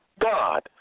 God